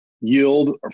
yield